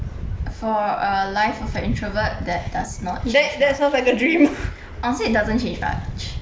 for a life of a introvert that does not change much honestly it doesn't change much